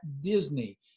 Disney